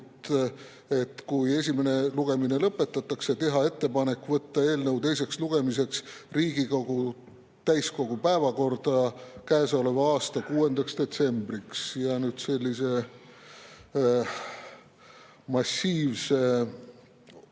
et kui esimene lugemine lõpetatakse, siis tehakse ettepanek võtta eelnõu teiseks lugemiseks Riigikogu täiskogu päevakorda käesoleva aasta 6. detsembriks. Sellise massiivse